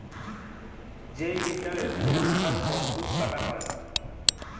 যে ইলটারেস্ট কল টাকার উপর সুদ কাটা হ্যয়